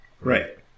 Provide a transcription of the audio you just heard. right